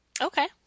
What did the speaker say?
Okay